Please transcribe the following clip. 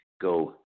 go